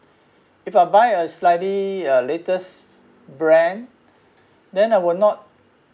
if I buy a slightly uh latest brand then I will not